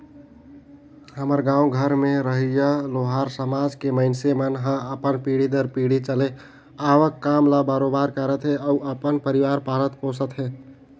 हमर गाँव घर में रहोइया लोहार समाज के मइनसे मन ह अपन पीढ़ी दर पीढ़ी चले आवक काम ल बरोबर करत हे अउ अपन परवार पालत पोसत हे